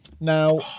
now